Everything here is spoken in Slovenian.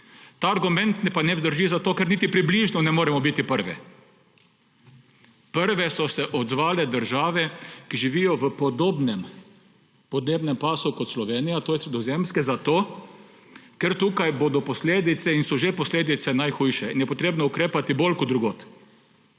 Ta argument pa ne vzdrži zato, ker niti približno ne moremo biti prvi. Prve so se odzvale države, ki živijo v podobnem podnebnem pasu kot Slovenija, tj. sredozemske, ker tukaj bodo posledice in so že posledice najhujše. In je treba ukrepati bolj kot drugod.